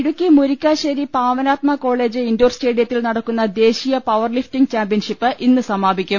Idukki Murickassery Pavanatma college indoor സ്റ്റേഡിയത്തിൽ നടക്കുന്ന ദേശീയ പവർലിഫ്റ്റിങ് ചാമ്പ്യൻഷിപ്പ് ഇന്ന് സമാപിക്കും